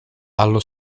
allo